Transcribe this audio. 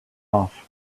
off